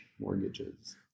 Mortgages